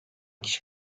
kişi